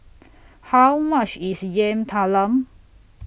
How much IS Yam Talam